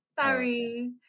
Sorry